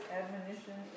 admonition